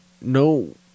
no